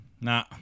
Nah